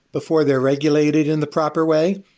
before they're regulated in the proper way.